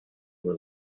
were